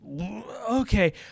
okay